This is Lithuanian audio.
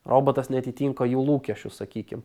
robotas neatitinka jų lūkesčių sakykim